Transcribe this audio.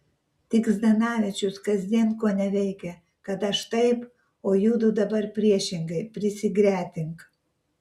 tik zdanavičius kasdien koneveikia kad aš taip o judu dabar priešingai prisigretink